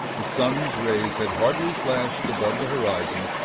the sun's rays had hardly flashed above the horizon,